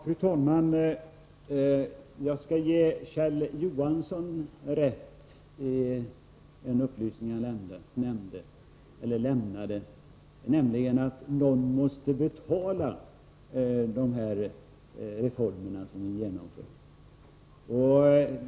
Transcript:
Fru talman! Jag skall ge Kjell Johansson rätt i en upplysning som han lämnade, nämligen att någon måste betala de reformer som vi genomför.